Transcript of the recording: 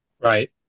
Right